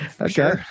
okay